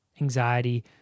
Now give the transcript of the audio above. anxiety